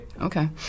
Okay